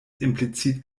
implizit